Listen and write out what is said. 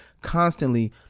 constantly